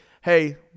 Hey